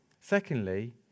Secondly